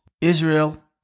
Israel